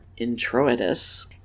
introitus